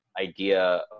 idea